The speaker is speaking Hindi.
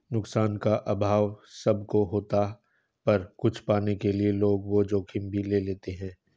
नुकसान का अभाव सब को होता पर कुछ पाने के लिए लोग वो जोखिम भी ले लेते है